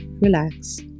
relax